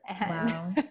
Wow